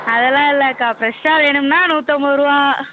அதெல்லாம் இல்லைக்கா ப்ரெஷ்ஷாக வேணும்ன்னா நூற்றைதம்பதுரூவா